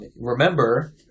remember